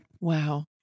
wow